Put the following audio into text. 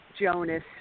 Jonas